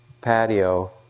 patio